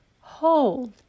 hold